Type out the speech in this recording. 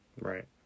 Right